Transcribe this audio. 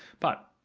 but,